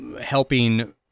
helping